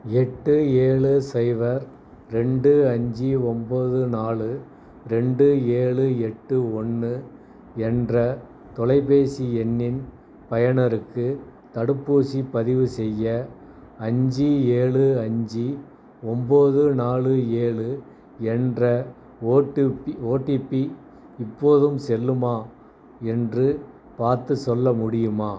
எட்டு ஏழு சைபர் ரெண்டு அஞ்சு ஒன்போது நாலு ரெண்டு ஏழு எட்டு ஒன்று என்ற தொலைபேசி எண்ணின் பயணருக்கு தடுப்பூசி பதிவு செய்ய அஞ்சு ஏழு அஞ்சு ஒம்பது நாலு ஏழு என்ற ஓடுப்பி ஓடிப்பி இப்போதும் செல்லுமா என்று பார்த்து சொல்ல முடியுமா